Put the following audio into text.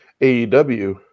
AEW